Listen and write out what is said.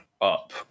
up